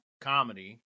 comedy